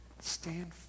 Stand